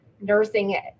nursing